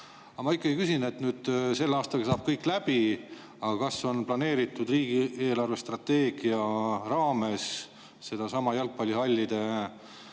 ma ikkagi küsin nüüd. Selle aastaga saab kõik läbi, aga kas on planeeritud riigi eelarvestrateegia raames jalgpallihallide